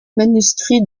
manuscrit